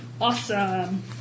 Awesome